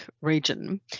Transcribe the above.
region